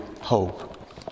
hope